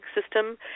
system